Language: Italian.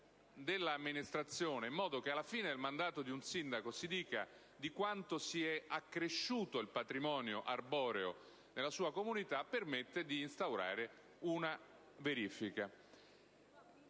dell'amministrazione, in modo che alla fine del mandato di un sindaco si dica di quanto si è accresciuto il patrimonio arboreo nella sua comunità, permette di instaurare una verifica.